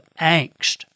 angst